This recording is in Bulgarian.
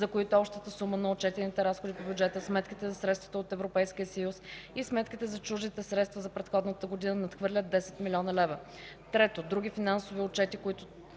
за които общата сума на отчетените разходи по бюджета, сметките за средствата от Европейския съюз и сметките за чуждите средства за предходната година надхвърля 10 млн. лв.; 3. други финансови отчети, когато